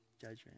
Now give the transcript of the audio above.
judgment